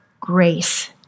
grace